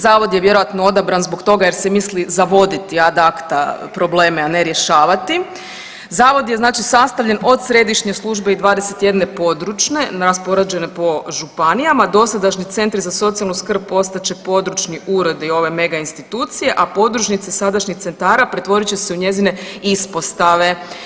Zavod je vjerojatno odabran zbog toga jer se misli zavoditi ad acta probleme, a ne rješavati, zavod je sastavljen od središnje službe i 21 područne raspoređene po županijama dosadašnji centri za socijalnu skrb postat će područni uredi ove mega institucije, a podružnice sadašnjih centara pretvorit će se u njezine ispostave.